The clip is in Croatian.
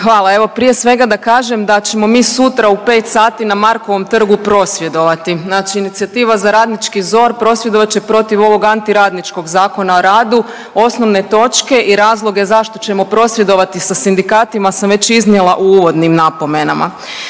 Hvala. Evo prije svega da kažem da ćemo mi sutra u 5 sati na Markovom trgu prosvjedovati, znači inicijativa Za radnički ZOR prosvjedovat će protiv ovog antiradničkog ZOR-a, osnovne točke i razloge zašto ćemo prosvjedovati sa sindikatima sam već iznijela u uvodnim napomenama.